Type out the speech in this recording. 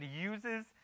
uses